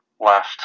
left